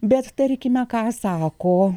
bet tarkime ką sako